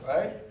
Right